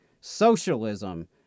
socialism